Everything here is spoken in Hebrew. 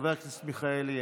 חבר הכנסת שיקלי,